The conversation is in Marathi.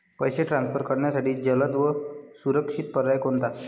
पैसे ट्रान्सफर करण्यासाठी जलद व सुरक्षित पर्याय कोणता?